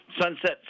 sunset